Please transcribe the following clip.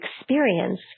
experience